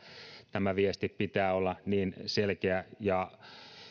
tämä viesti pitää olla niin selkeä ja